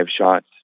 shots